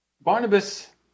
Barnabas